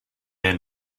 end